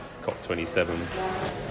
COP27